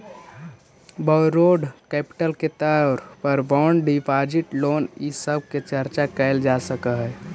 borrowed capital के तौर पर बॉन्ड डिपाजिट लोन इ सब के चर्चा कैल जा सकऽ हई